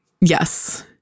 yes